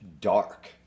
dark